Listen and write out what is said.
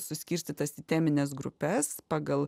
suskirstytas į temines grupes pagal